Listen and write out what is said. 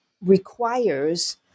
requires